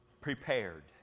Prepared